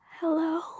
Hello